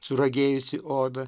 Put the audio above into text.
suragėjusi oda